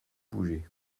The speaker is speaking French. bouger